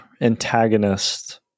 antagonist